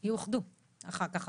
הם יאוחדו אחר כך.